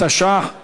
התשע"ח 2018,